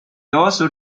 also